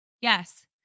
Yes